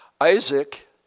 Isaac